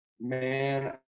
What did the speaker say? man